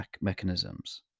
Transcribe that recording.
mechanisms